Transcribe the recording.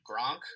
Gronk